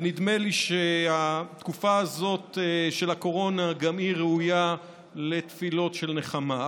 ונדמה לי שהתקופה הזאת של הקורונה גם היא ראויה לתפילות של נחמה.